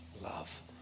love